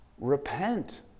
repent